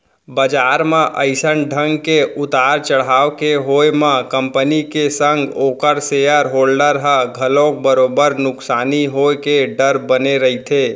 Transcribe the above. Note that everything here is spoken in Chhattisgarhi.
बजार म अइसन ढंग के उतार चड़हाव के होय म कंपनी के संग ओखर सेयर होल्डर ल घलोक बरोबर नुकसानी होय के डर बने रहिथे